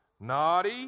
Naughty